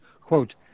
quote